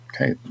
Okay